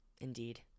Indeed